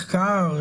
מחקר,